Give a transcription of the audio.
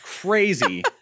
crazy